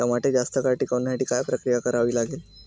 टमाटे जास्त काळ टिकवण्यासाठी काय प्रक्रिया करावी लागेल?